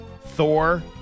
Thor